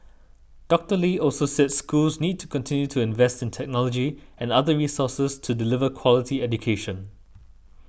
Doctor Lee also said schools need to continue to invest in technology and other resources to deliver quality education